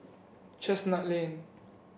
Chestnut Lane